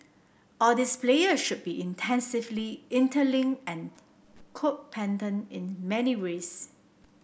all these player should be intensively interlinked and codependent in many ways